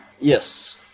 Yes